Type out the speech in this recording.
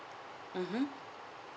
mmhmm